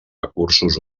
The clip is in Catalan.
recursos